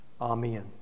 Amen